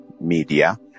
Media